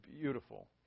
beautiful